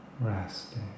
resting